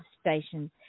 stations